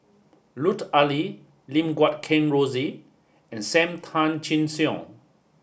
Lut Ali Lim Guat Kheng Rosie and Sam Tan Chin Siong